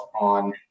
on